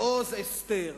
מעוז-אסתר,